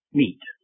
meet